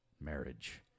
marriage